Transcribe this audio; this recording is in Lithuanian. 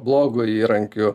blogu įrankiu